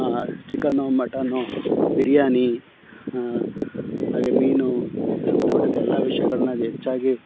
chicken mutton biryani ಹಾಗೆ ಮೀನು ಸಂಬಂಧಪಟ್ಟಂಥ ಎಲ್ಲ ವಿಷಯಗಳ್ನ ಅದು ಹೆಚ್ಚಾಗಿ